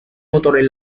motores